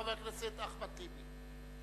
חבר הכנסת אחמד טיבי.